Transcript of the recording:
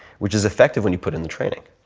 which is effective when you put in the training.